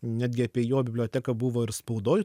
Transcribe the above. netgi apie jo biblioteką buvo ir spaudoj